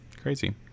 crazy